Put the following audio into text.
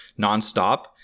nonstop